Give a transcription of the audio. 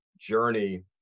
journey